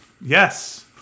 Yes